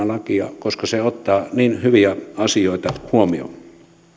lakia koska se ottaa niin hyviä asioita huomioon